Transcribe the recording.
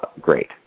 great